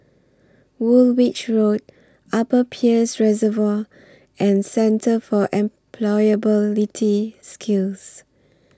Woolwich Road Upper Peirce Reservoir and Centre For Employability Skills